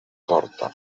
porta